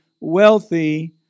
wealthy